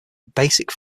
basic